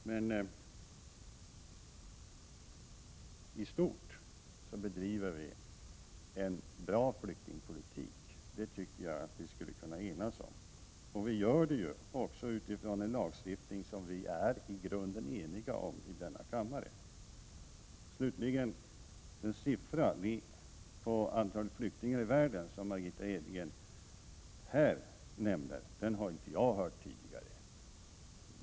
Men i stort bedriver vi en bra flyktingpolitik. Det tycker jag att vi skulle kunna enas om. Vi gör det också utifrån den lagstiftning vi i grunden är eniga om i denna kammare. Den siffra på antalet flyktingar i världen som Margitta Edgren nämnde har inte jag hört tidigare.